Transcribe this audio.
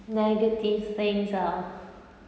negative things ah